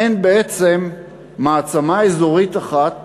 אין בעצם מעצמה אזורית אחת